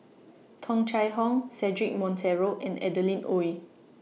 Tung Chye Hong Cedric Monteiro and Adeline Ooi